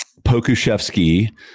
Pokushevsky